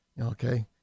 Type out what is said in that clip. Okay